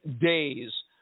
days